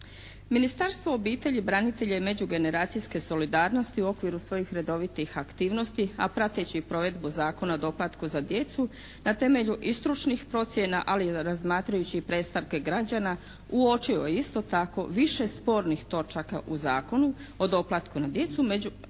Ministarstvo obitelji, branitelja i međugeneracijske solidarnosti u okviru svojih redovitih aktivnosti a prateći i provedbu Zakona o doplatku za djecu na temelju i stručnih procjena ali i razmatrajući i predstavke građana uočio je isto tako više spornih točaka u Zakonu o doplatku na djecu među